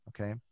Okay